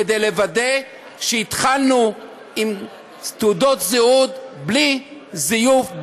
כדי לוודא שהתחלנו עם תעודות זהות בלי זיוף,